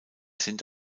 sind